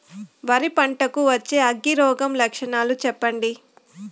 వరి పంట కు వచ్చే అగ్గి రోగం లక్షణాలు చెప్పండి?